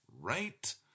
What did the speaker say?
Right